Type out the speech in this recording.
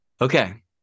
Okay